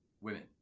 women